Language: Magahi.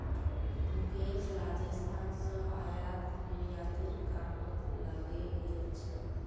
मुकेश राजस्थान स आयात निर्यातेर कामत लगे गेल छ